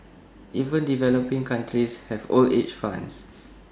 even developing countries have old age funds